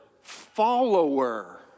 follower